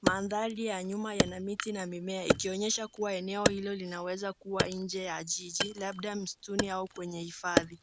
Mandhari ya nyuma yana miti na mimea, ikionyesha kua eneo hilo linaeza kua nje ya jiji labda msituni au kwenye hifadhi.